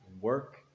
work